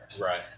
Right